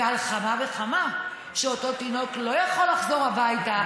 ועל אחת כמה וכמה שאותו תינוק לא יכול לחזור הביתה